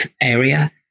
area